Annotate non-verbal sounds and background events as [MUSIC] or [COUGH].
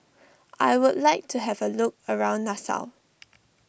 I would like to have a look around Nassau [NOISE]